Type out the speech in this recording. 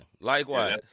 likewise